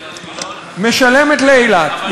משלמת לאילת.